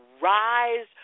rise